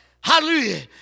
Hallelujah